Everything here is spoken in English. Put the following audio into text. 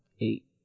Eight